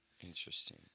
Interesting